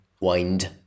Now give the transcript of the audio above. wind